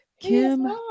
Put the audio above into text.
kim